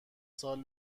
سال